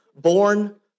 born